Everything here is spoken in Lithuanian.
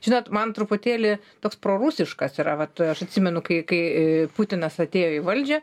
žinot man truputėlį toks prorusiškas yra vat aš atsimenu kai kai ė putinas atėjo į valdžią